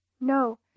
No